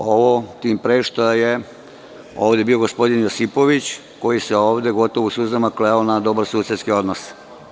Ovo tim pre što je ovde bio gospodin Josipović, koji se ovde gotovo u suzama kleo na dobrosusedske odnose.